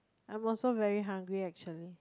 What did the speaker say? I'm also very hungry actually